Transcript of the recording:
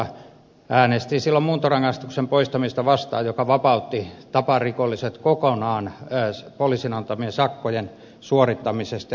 äänestin silloin muuntorangaistuksen poistamista vastaan joka vapautti taparikolliset kokonaan poliisin antamien sakkojen suorittamisesta